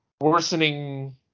worsening